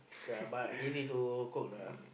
ya but lazy to cook lah